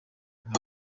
nka